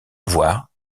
voire